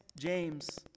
James